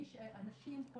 אנשים,